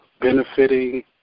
benefiting